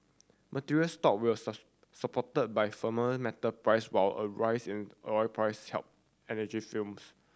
materials stock will supported by firmer metal price while a rise in oil price helped energy films